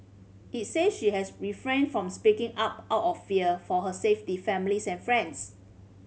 it said she has refrained from speaking up out of fear for her safety families and friends